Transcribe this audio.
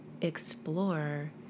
explore